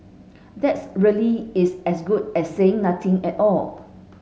that's really is as good as saying nothing at all